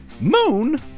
Moon